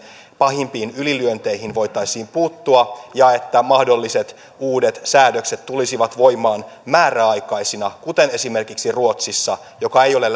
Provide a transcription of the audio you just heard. pahimpiin ylilyönteihin voitaisiin puuttua ja että mahdolliset uudet säädökset tulisivat voimaan määräaikaisina kuten esimerkiksi ruotsissa joka ei ole